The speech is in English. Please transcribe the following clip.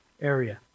area